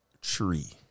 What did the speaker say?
tree